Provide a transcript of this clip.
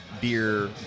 beer